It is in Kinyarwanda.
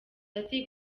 ati